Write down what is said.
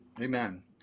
amen